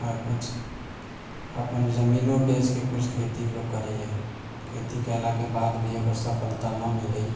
आ कुछ अपन जमीनो बेचके कुछ खेती लोक करैया खेती केलाके बाद भी अगर सफलता न मिलैया